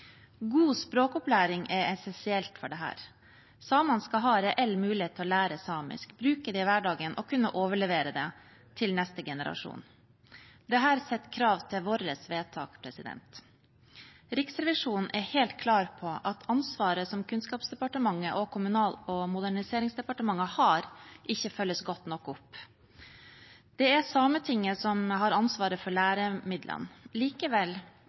God språkopplæring er essensielt for dette. Samene skal ha reell mulighet til å lære samisk, bruke det i hverdagen og kunne overlevere det til neste generasjon. Det setter krav til våre vedtak. Riksrevisjonen er helt klar på at ansvaret som Kunnskapsdepartementet og Kommunal- og moderniseringsdepartementet har, ikke følges godt nok opp. Det er Sametinget som har ansvaret for læremidlene. Likevel